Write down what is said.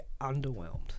underwhelmed